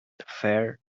affair